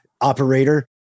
operator